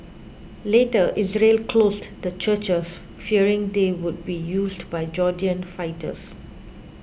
later Israel closed the churches fearing they would be used by Jordanian fighters